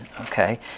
Okay